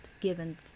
given